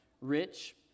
rich